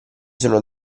sono